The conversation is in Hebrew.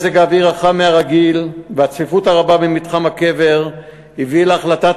מזג האוויר החם מהרגיל והצפיפות הרבה במתחם הקבר הביאו להחלטת